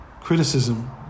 criticism